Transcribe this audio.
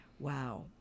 Wow